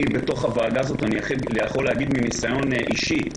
אני יכול להגיד מניסיון אישי,